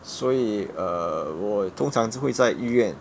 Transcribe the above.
所以 err 我通常就会在医院